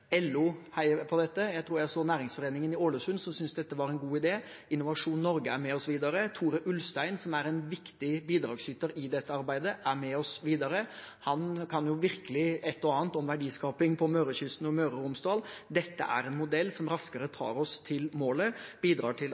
LO heier på dette. Jeg tror jeg så at Næringsforeningen i Ålesund syntes dette var en god idé. Innovasjon Norge er med, osv. Tore Ulstein, som er en viktig bidragsyter i dette arbeidet, er med oss videre. Han kan jo virkelig ett og annet om verdiskaping på Mørekysten og i Møre og Romsdal. Dette er en modell som raskere tar oss til målet og bidrar til